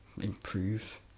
improve